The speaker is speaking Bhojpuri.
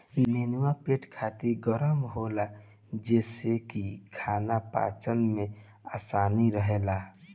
नेनुआ पेट खातिर गरम होला जेसे की खाना पचला में आसानी रहेला